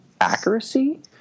accuracy